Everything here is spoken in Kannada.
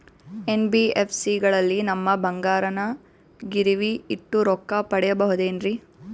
ಎನ್.ಬಿ.ಎಫ್.ಸಿ ಗಳಲ್ಲಿ ನಮ್ಮ ಬಂಗಾರನ ಗಿರಿವಿ ಇಟ್ಟು ರೊಕ್ಕ ಪಡೆಯಬಹುದೇನ್ರಿ?